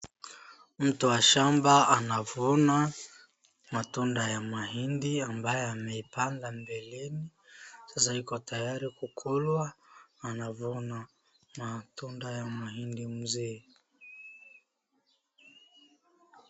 Mtu wa shamba anavuna matunda ya mahindi ambayo amepanda mbeleni, sasa iko tayari kukulwa. Anavuna, matunda ya mahindi mzee.